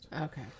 Okay